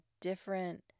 different